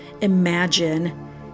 imagine